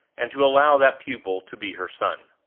and to allow that pupil to be her son.